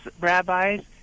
rabbis